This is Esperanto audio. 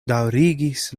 daŭrigis